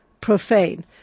profane